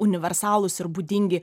universalūs ir būdingi